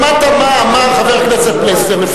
שמעת מה אמר חבר הכנסת פלסנר.